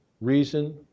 reason